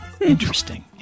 Interesting